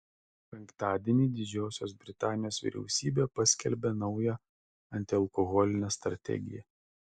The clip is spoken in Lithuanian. penktadienį didžiosios britanijos vyriausybė paskelbė naują antialkoholinę strategiją